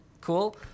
cool